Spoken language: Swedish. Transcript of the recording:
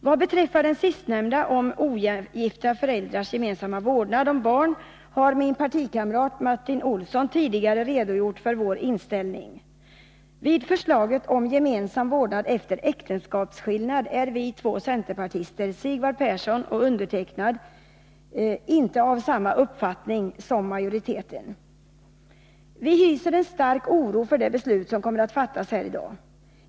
Vad beträffar det sistnämnda, ogifta föräldrars gemensamma vårdnad om barn, har min partikamrat Martin Olsson tidigare redogjort för vår inställning. Vid förslaget om gemensam vårdnad efter äktenskapsskillnad är vi två centerpartister, Sigvard Persson och jag själv, som inte är av samma uppfattning som majoriteten. Vi hyser en stark oro för det beslut som kommer att fattas här i dag.